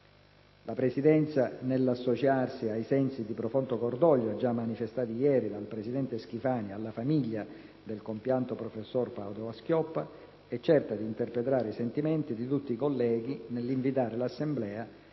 La Presidenza, nell'associarsi ai sensi di profondo cordoglio già manifestati ieri dal presidente Schifani alla famiglia del compianto professor Padoa-Schioppa, è certa di interpretare i sentimenti di tutti i colleghi nell'invitare l'Assemblea